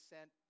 sent